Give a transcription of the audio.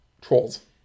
trolls